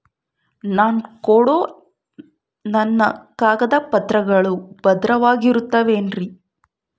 ನಾನು ಕೊಡೋ ನನ್ನ ಕಾಗದ ಪತ್ರಗಳು ಭದ್ರವಾಗಿರುತ್ತವೆ ಏನ್ರಿ?